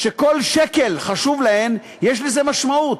שכל שקל חשוב להן, יש לזה משמעות.